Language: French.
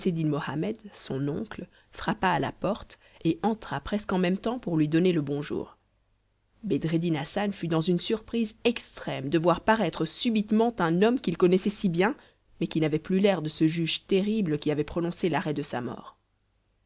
mohammed son oncle frappa à la porte et entra presque en même temps pour lui donner le bonjour bedreddin hassan fut dans une surprise extrême de voir paraître subitement un homme qu'il connaissait si bien mais qui n'avait plus l'air de ce juge terrible qui avait prononcé l'arrêt de sa mort